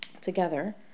together